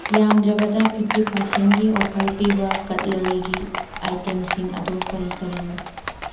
ꯌꯥꯝꯗ꯭ꯔꯕꯗ ꯐꯤꯐꯇꯤ ꯄꯥꯔꯁꯦꯜꯒꯤ ꯑꯣꯐꯔ ꯄꯤꯕ ꯀꯠꯂꯔꯤꯒꯤ ꯑꯥꯏꯇꯦꯝꯁꯤꯡ ꯑꯗꯨ ꯀꯔꯤ ꯀꯔꯤꯅꯣ